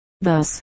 Thus